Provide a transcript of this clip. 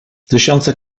tysiące